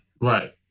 Right